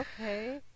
okay